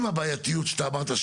עם הבעייתיות שמה שאתה אמרת,